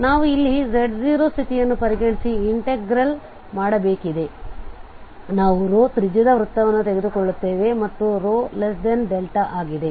ನಾವು ಇಲ್ಲಿ z0 ಸ್ಥಿತಿಯನ್ನು ಪರಿಗಣಿಸಿ ಇಂಟೆಗ್ರಲ್ಇನ್ಟೆಗ್ರಲ್ ಮಾಡಬೇಕಿದೆ ನಾವು ತ್ರಿಜ್ಯದ ವೃತ್ತವನ್ನು ತೆಗೆದುಕೊಳ್ಳುತ್ತೇವೆ ಮತ್ತು ρ δ ಆಗಿದೆ